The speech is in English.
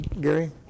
Gary